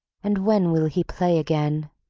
and when will he play again?